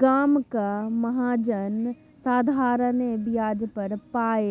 गामक महाजन साधारणे ब्याज पर पाय